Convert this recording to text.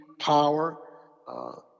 power